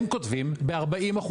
הם כותבים ב-40%,